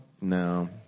No